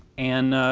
and